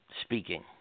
speaking